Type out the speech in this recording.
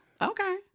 okay